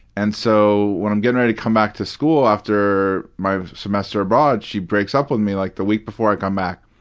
and so when i'm getting ready to come back to school after my semester abroad, she breaks up with me, like, the week before i come back.